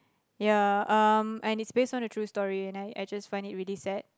ya um and it's based on true story and I I just find it really sad